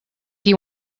you